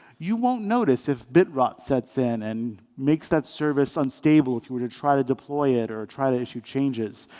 you won't notice if bit rot sets in and makes that service unstable if you were to try to deploy it or try to issue changes.